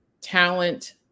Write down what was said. talent